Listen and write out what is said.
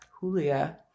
Julia